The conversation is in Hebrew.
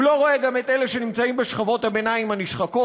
הוא לא רואה גם את אלה שנמצאים בשכבות הביניים הנשחקות,